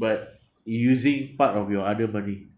but using part of your other money